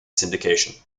syndication